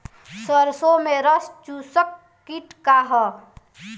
सरसो में रस चुसक किट का ह?